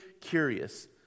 curious